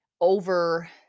over